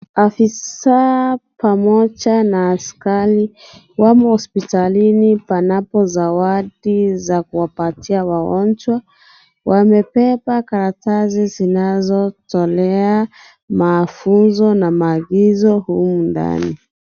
Afisa pamoja na askari wamo hospitalini panapo zawadi za kuwapatia wagonjwa. Wamepepa karatasi zinazotolewa mafunzo na maagizo humu ndani.